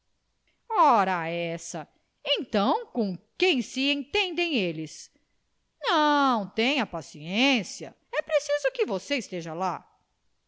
ora essa então com quem se entendem eles não tenha paciência é preciso que você lá